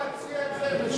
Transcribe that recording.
הוא יכול להציע את זה ב-74.